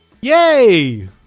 Yay